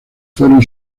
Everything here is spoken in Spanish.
fueron